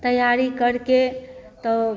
तैयारी करके तो